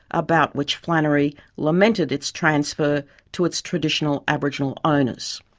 about which flannery lamented its transfer to its traditional aboriginal owners.